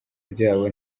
byabo